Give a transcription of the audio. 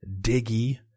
Diggy